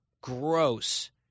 gross